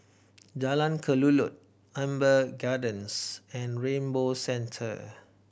Jalan Kelulut Amber Gardens and Rainbow Centre